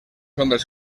nombres